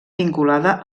vinculada